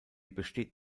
besteht